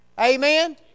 Amen